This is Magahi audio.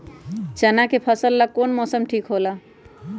चाना के फसल ला कौन मौसम ठीक होला?